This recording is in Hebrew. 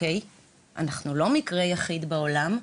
שזה מוזר, הרי אנחנו לא המקרה היחיד בעולם,